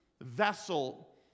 vessel